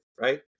Right